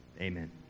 Amen